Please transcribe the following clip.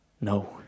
no